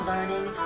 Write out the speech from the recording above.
learning